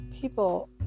people